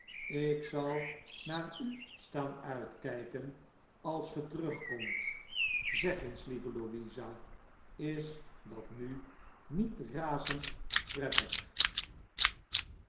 ik zal naar u staan uitkijken als ge terugkomt zeg eens lieve louisa is dat nu niet razend prettig